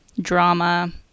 drama